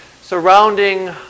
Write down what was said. surrounding